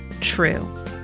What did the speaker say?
true